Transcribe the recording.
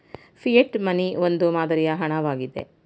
fiat money ಒಂದು ಮಾದರಿಯ ಹಣ ವಾಗಿದೆ